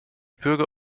bürger